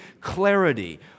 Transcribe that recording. clarity